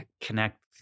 connect